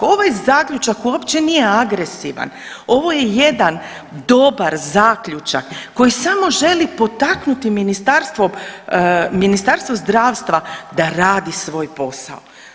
Ovaj zaključak uopće nije agresivan, ovo je jedan dobar zaključak koji samo želi potaknuti ministarstvo, Ministarstvo zdravstva da radi svoj posao.